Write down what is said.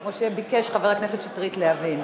כפי שביקש חבר הכנסת שטרית להבין.